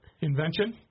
Invention